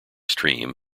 stream